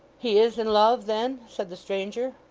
he is in love then said the stranger.